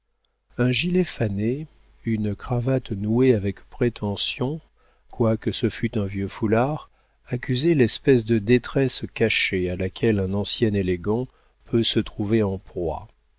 un gilet fané une cravate nouée avec prétention quoique ce fût un vieux foulard accusaient l'espèce de détresse cachée à laquelle un ancien élégant peut se trouver en proie